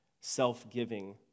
self-giving